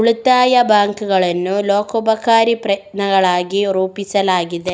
ಉಳಿತಾಯ ಬ್ಯಾಂಕುಗಳನ್ನು ಲೋಕೋಪಕಾರಿ ಪ್ರಯತ್ನಗಳಾಗಿ ರೂಪಿಸಲಾಗಿದೆ